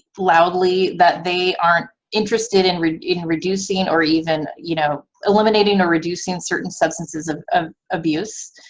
loudly that they aren't interested in reducing or even, you know, eliminating or reducing certain substances of ah abuse,